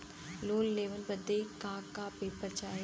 Loan लेवे बदे का का पेपर चाही?